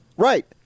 Right